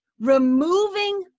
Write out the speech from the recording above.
removing